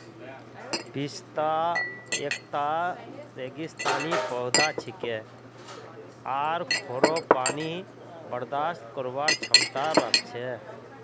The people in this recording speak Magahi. पिस्ता एकता रेगिस्तानी पौधा छिके आर खोरो पानी बर्दाश्त करवार क्षमता राख छे